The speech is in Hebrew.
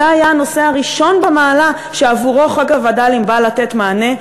זה היה הנושא הראשון במעלה שחוק הווד"לים בא לתת עליו מענה.